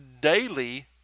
daily